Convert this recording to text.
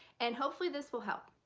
and hopefully this will help.